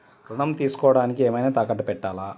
ఋణం తీసుకొనుటానికి ఏమైనా తాకట్టు పెట్టాలా?